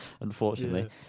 unfortunately